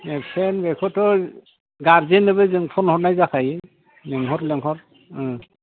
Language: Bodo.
एबसेन्ट बेखौथ' गारजेननोबो जों फन हरनाय जाखायो लिंहर लिंहर ओं